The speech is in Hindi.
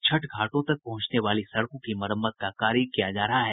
छठ घाटों तक पहुंचने वाली सड़कों की मरम्मत का कार्य किया जा रहा है